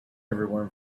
everyone